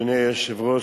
אדוני היושב-ראש,